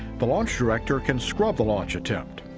the launch director can scrub the launch attempt.